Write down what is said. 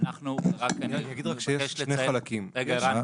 אני חושב